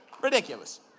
Ridiculous